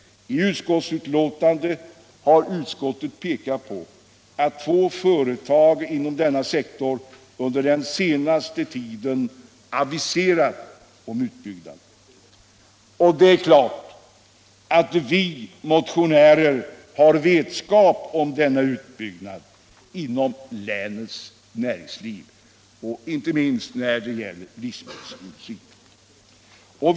I utskottsbetänkandet har utskottet pekat på att två företag inom denna sektor inom den senaste tiden aviserat utbyggnad. Det är klart att vi motionärer har vetskap om denna utbyggnad inom länets näringsliv, inte minst när det gäller livsmedelsindustrin.